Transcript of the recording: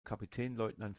kapitänleutnant